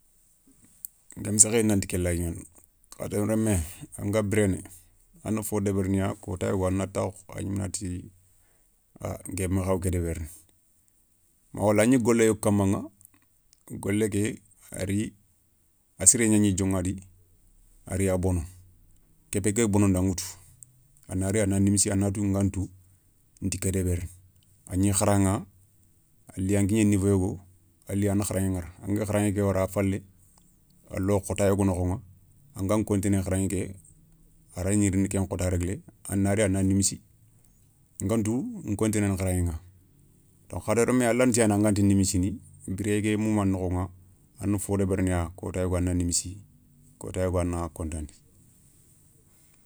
Nké ma sékhéyi nanti ké layi gnana, hadama remme anga biréné a na fo débérina kota yogo a na takhou a gnimé nati a nké ma khawou ké débérini, mawala agni golé yogo kamaηa golé ké a ri a sirégnagni dioηadi, ari a bono ké bé gada bonondi a ηa tu, a na ri ana nimissi a na ti ngana tou nti ké débérini. A gni kharaηa a li an kigné niveau yogo a li anda kharaηe ηara, anda kharaηe ké wara a falé, a lo khota yogo nokhoηa angan kontiné kharaηe ké a ragni riini ken khota réglé a na ri a na nimissi. Ngana tou continéné kharaηeηa. Donc hadama remme a lanta gnana an ganta nimissini biréyé ké mouma nokhoηa a na fo débérina kota yogo a na nimissi kota yogo a na kotandi.